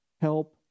help